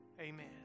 amen